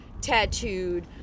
Tattooed